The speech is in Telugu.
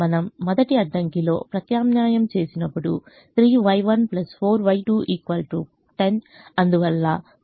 మనం మొదటి అడ్డంకిలో ప్రత్యామ్నాయం చేసినప్పుడు 3Y14Y2 10 అందువల్ల v1 0